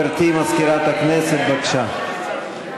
גברתי מזכירת הכנסת, בבקשה.